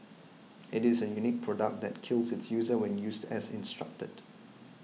it is a unique product that kills its user when used as instructed